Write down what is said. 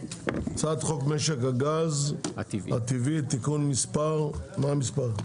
הצעת חוק משק הגז הטבעי, תיקון מספר, מה המספר?